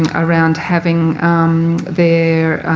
and around having their